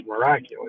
miraculous